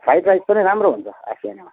fried rice पनि राम्रो हुन्छ आसियानामा